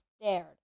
stared